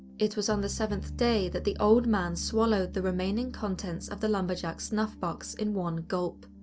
it was on the seventh day that the old man swallowed the remaining contents of the lumberjack's snuffbox in one gulp.